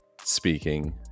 speaking